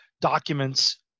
documents